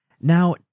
Now